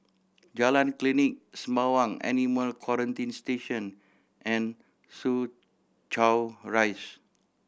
Jalan Klinik Sembawang Animal Quarantine Station and Soo Chow Rise